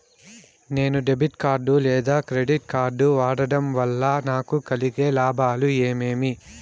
నేను debit card లేదా credit card వాడడం వల్ల నాకు కలిగే లాభాలు ఏమేమీ?